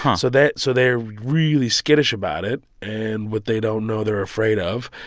um so that so they're really skittish about it, and what they don't know they're afraid of.